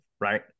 right